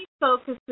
focuses